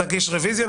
נגיש רוויזיה,